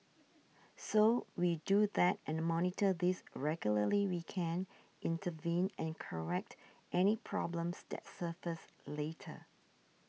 so we do that and monitor this regularly we can intervene and correct any problems that surface later